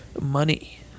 money